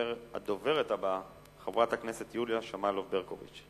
הדוברת הבאה, חברת הכנסת יוליה שמאלוב-ברקוביץ.